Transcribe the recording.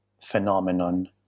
phenomenon